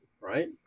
right